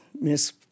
Miss